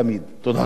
אני מאוד מודה לך.